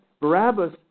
Barabbas